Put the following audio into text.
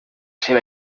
seva